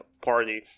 party